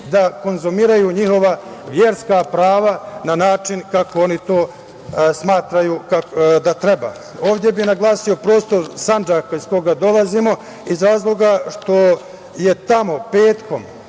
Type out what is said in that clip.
da konzumiraju njihova verska prava na način kako oni to smatraju da treba. Naglasio bi prostor Sandžaka iz koga dolazim, iz razloga što je tamo petkom